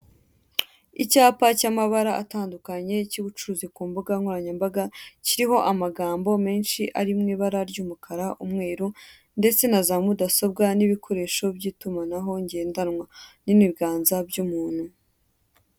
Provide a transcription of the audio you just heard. Icyapa cy'amabara atandukanye cy'ubucuruzi ku mbuga nkoranyambaga kiriho amagambo menshi ari mu ibara ry'umukara, umweru, ndetse na za mudasobwa n'ibikoresho by'itumanaho ngendanwa n'ibiganza by'umuntu.